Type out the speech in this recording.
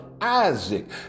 Isaac